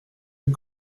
une